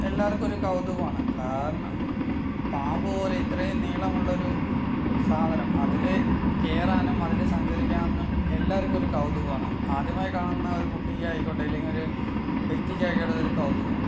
എല്ലാവർക്കും ഒരു കൗതുകമാണ് കാരണം പാമ്പു പോലെ ഇത്രയും നീളമുള്ളൊരു സാധനം അതിൽ കേറാനും അതിൽ സഞ്ചരിക്കാനും എല്ലാവർക്കും ഒരു കൗതുകമാണ് ആദ്യമായി കാണുന്ന ഒരു കുട്ടിക്കായിക്കോട്ടെ ഇല്ലെങ്കിൽ ഒരു വ്യക്തിക്കായിക്കോട്ടെ ഒരു കൗതുകമാണ്